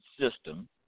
System